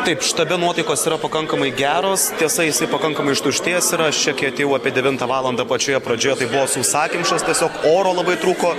taip štabe nuotaikos yra pakankamai geros tiesa jisai pakankamai ištuštėjęs ir čia kaip apie devintą valandą pačioje pradžioje tai buvo sausakimšas tiesiog oro labai trūko